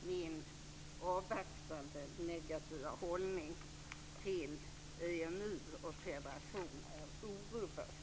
Min avvaktande negativa hållning till EMU och federation är orubbad.